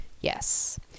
yes